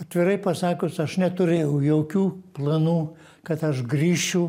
atvirai pasakius aš neturėjau jokių planų kad aš grįšiu